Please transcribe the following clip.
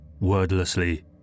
Wordlessly